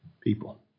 people